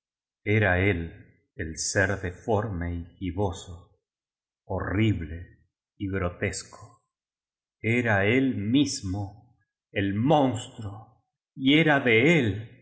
era él el ser deforme y giboso horrible y grotesco era él mismo el mons truo y era de él